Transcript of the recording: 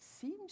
seems